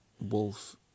wolf